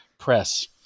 press